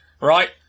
Right